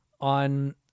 On